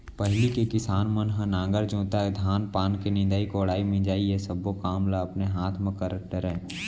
पहिली के किसान मन ह नांगर जोतय, धान पान के निंदई कोड़ई, मिंजई ये सब्बो काम ल अपने हाथ म कर डरय